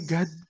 God